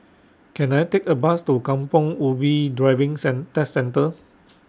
Can I Take A Bus to Kampong Ubi Driving cen Test Centre